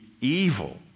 evil